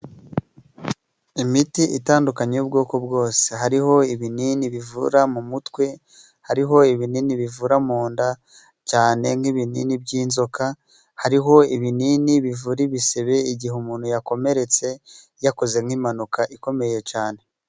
Imiti itandukanye y'ubwoko bwose hariho ibinini bivura mu mutwe, hariho ibinini bivura munda cyane nk'ibinini by'inzoka, hariho ibinini bivura ibisebe igihe umuntu yakomeretse yakoze nk'impanuka ikomeye cane.